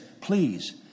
Please